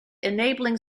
enabling